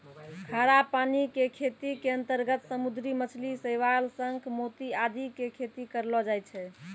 खारा पानी के खेती के अंतर्गत समुद्री मछली, शैवाल, शंख, मोती आदि के खेती करलो जाय छै